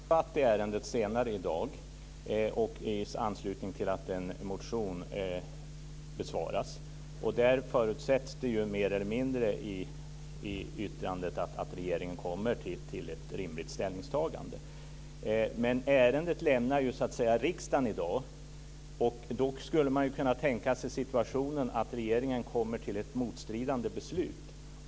Herr talman! Det är en kammardebatt i ärendet senare i dag i anslutning till att en motion besvaras. I yttrandet förutsätts att regeringen kommer fram till ett rimligt ställningstagande. Ärendet lämnar riksdagen i dag. Då kan en situation tänkas där regeringen kommer fram till ett motstridigt beslut.